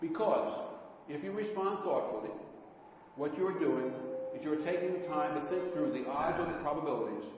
because if you respond thoughtfully what you're doing is you're taking the time to think through the odds or the probabilities